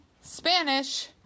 Spanish